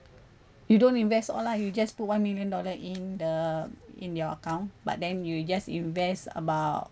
you don't invest all lah you just put one million dollars in the in your account but then you just invest about